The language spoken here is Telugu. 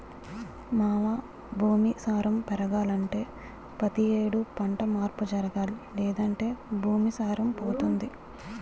మావా భూమి సారం పెరగాలంటే పతి యేడు పంట మార్పు జరగాలి లేదంటే భూమి సారం పోతుంది